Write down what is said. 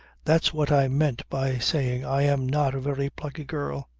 that's what i meant by saying i am not a very plucky girl.